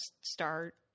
start